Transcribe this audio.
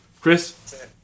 Chris